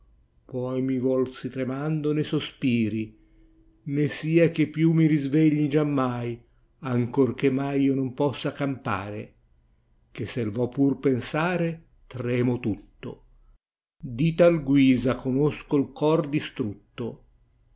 poi mi volsi tremando nei sospiri né sia chi più mi risvegli giammai ancorché mai io non possa campare che sei vo pur pensare tremo tutto di tal guisa conosco il cor distrutto